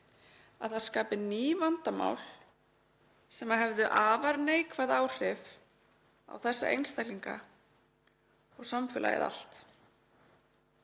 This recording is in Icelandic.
að það skapi ný vandamál sem hefðu afar neikvæð áhrif á þessa einstaklinga og samfélagið allt.